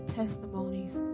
testimonies